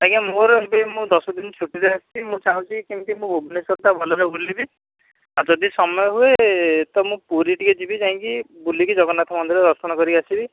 ଆଜ୍ଞା ମୋର ଏବେ ମୁଁ ଦଶ ଦିନ ଛୁଟିରେ ଆସିଛି ମୁଁ ଚାହୁଁଛି କେମିତି ମୁଁ ଭୁବନେଶ୍ୱରଟା ଭଲରେ ବୁଲିବି ଆଉ ଯଦି ସମୟ ହୁଏ ତ ମୁଁ ପୁରୀ ଟିକିଏ ଯିବି ଯାଇକି ବୁଲିକି ଜଗନ୍ନାଥ ମନ୍ଦିର ଦର୍ଶନ କରିକି ଆସିବି